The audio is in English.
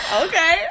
Okay